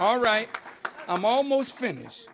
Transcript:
all right i'm almost finished